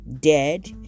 dead